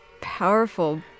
powerful